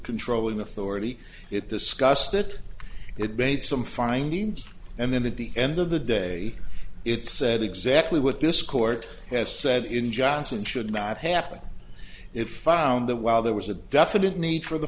controlling authority it discussed it it made some findings and then at the end of the day it said exactly what this court has said in johnson should not happen if i found that while there was a definite need for the